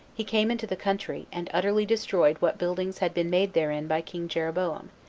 he came into the country, and utterly destroyed what buildings had been made therein by king jeroboam,